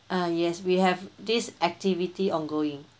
uh yes we have this activity ongoing